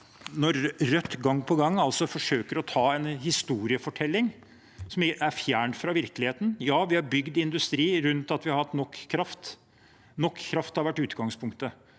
forsøker gang på gang å ta en historiefortelling som er fjernt fra virkeligheten. Ja, vi har bygd industri rundt at vi har hatt nok kraft. Nok kraft har vært utgangspunktet